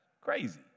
crazy